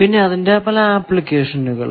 പിന്നെ അതിന്റെ പല ആപ്ലിക്കേഷനുകളും